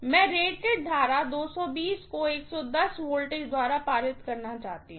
मैं rated current 220 को 110 V द्वारा पारित करना चाहती हूँ